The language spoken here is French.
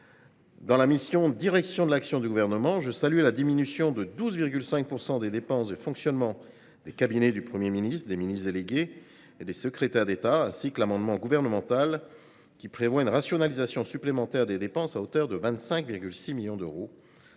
dans la mission « Direction de l’action du Gouvernement », je me félicite de la diminution de 12,5 % des dépenses de fonctionnement des cabinets du Premier ministre, des ministres délégués et des secrétaires d’État. De même, je salue l’amendement gouvernemental tendant à prévoir une rationalisation supplémentaire des dépenses de 25,6 millions d’euros